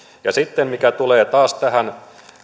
ja sitten mitä tulee taas tähän